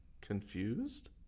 Confused